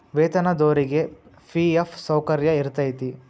ವೇತನದೊರಿಗಿ ಫಿ.ಎಫ್ ಸೌಕರ್ಯ ಇರತೈತಿ